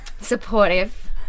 supportive